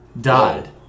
died